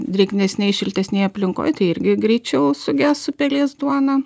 drėgnesnėj šiltesnėj aplinkoj tai irgi greičiau suges supelės duona